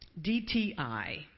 DTI